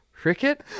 Cricket